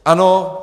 Ano.